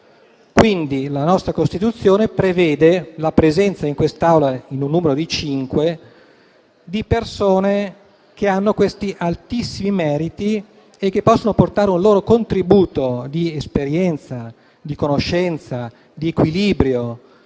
Quindi, la nostra Costituzione prevede la presenza in quest'Aula, in un numero di cinque, di persone che hanno altissimi meriti e possono portare un loro contributo di esperienza, conoscenza, equilibrio,